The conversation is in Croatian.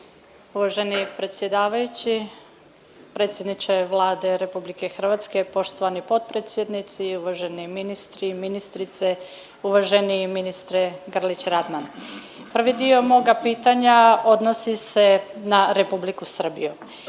Uvaženi predsjedavajući, predsjedniče Vlade Republike Hrvatske, poštovani potpredsjednici, uvaženi ministri, ministrice, uvaženi ministre Grlić-Radman. Prvi dio moga pitanja odnosi se na Republiku Srbiju.